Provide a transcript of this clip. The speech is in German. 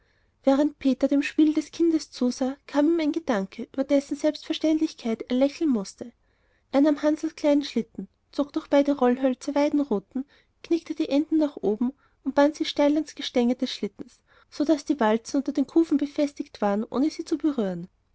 während peter dem spiel des kindes zusah kam ihm ein gedanke über dessen selbstverständlichkeit er lächeln mußte er nahm hansls kleinen schlitten zog durch beide rollhölzer weidenruten knickte die enden nach oben um und band sie steil ans gestänge des schlittens so daß die walzen unter den kufen befestigt waren ohne sie zu berühren